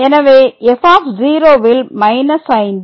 எனவே f ல் 5 உம் f ல் 3